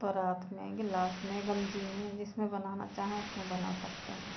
परात में गिलास में गंजी में जिसमें बनाना चाहें उसमें बना सकते हैं